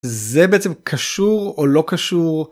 זה בעצם קשור או לא קשור.